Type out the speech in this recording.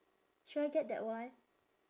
should I get that one